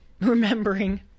remembering